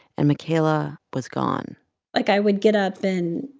and makayla was gone like, i would get up and,